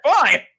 fine